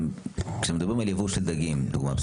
כשמדברים על ייבוא של דגים לדוגמה,